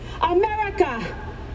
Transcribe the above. America